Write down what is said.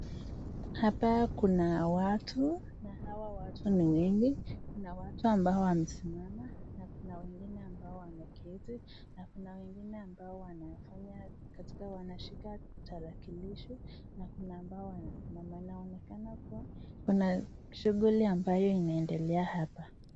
Hapa kuna watu, na watu hawa ni wengi, kuna watu ambao wamesimama, na kuna wengine ambao wameketi, na kuna wengine ambao wamefanya katika, wameshika tarakilishi, na kuna ambao wamesimama, inaonekana kuwa kuna shuguli ambayo inaendelea hapa.